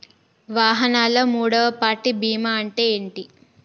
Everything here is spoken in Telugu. వాహనాల్లో మూడవ పార్టీ బీమా అంటే ఏంటి?